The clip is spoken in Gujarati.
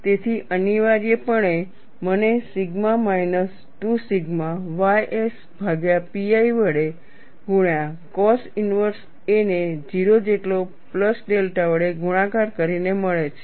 તેથી અનિવાર્યપણે મને સિગ્મા માયનસ 2 સિગ્મા ys ભાગ્યા pi વડે ગુણ્યા cos ઇનવર્સ a ને 0 જેટલો પ્લસ ડેલ્ટા વડે ગુણાકાર કરીને મળે છે